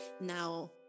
now